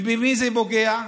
ובמי זה פוגע?